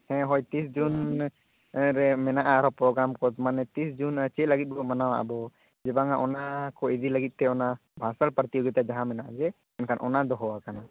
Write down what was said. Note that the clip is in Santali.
ᱦᱮᱸ ᱦᱳᱭ ᱛᱤᱨᱤᱥ ᱡᱩᱱ ᱨᱮ ᱢᱮᱱᱟᱜᱼᱟ ᱟᱨᱚ ᱯᱨᱳᱜᱨᱟᱢ ᱠᱚ ᱢᱟᱱᱮ ᱛᱤᱨᱤᱥ ᱡᱩᱱ ᱪᱮᱫ ᱞᱟᱹᱜᱤᱫ ᱵᱚᱱ ᱢᱟᱱᱣᱟ ᱟᱵᱚ ᱡᱮ ᱵᱟᱝᱼᱟ ᱚᱱᱟᱠᱚ ᱤᱫᱤ ᱞᱟᱹᱜᱤᱫᱛᱮ ᱚᱱᱟ ᱵᱷᱟᱥᱚᱱ ᱯᱨᱚᱛᱤᱡᱳᱜᱤᱛᱟ ᱡᱟᱦᱟᱸ ᱢᱮᱱᱟᱜ ᱡᱮ ᱮᱱᱠᱷᱟᱱ ᱚᱱᱟ ᱫᱚᱦᱚᱸ ᱟᱠᱟᱱᱟ